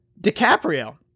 dicaprio